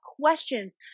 questions